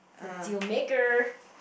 a deal maker